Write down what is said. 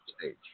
stage